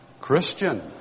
Christian